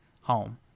home